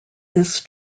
this